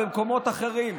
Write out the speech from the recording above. במקומות אחרים,